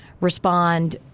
respond